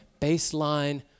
baseline